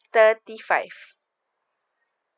thirty five